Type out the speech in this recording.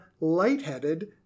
lightheaded